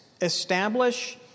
establish